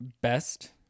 Best